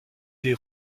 des